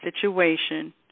situation